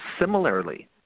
similarly